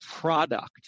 product